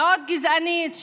מאוד גזענית,